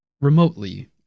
remotely